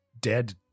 dead